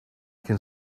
can